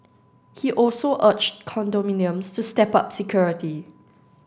he also urged condominiums to step up security